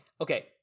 Okay